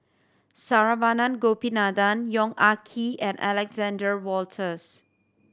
Saravanan Gopinathan Yong Ah Kee and Alexander Wolters